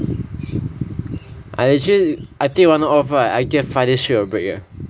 I actually I take one off right I get five days straight a break eh